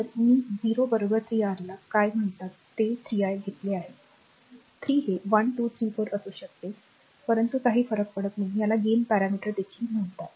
तर मी 0 बरोबर 3r याला काय म्हणतात ते 3 i घेतले आहे 3 हे 1 2 3 4 असू शकते परंतु काही फरक पडत नाही याला gain parameter देखील म्हणतात